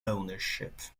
ownership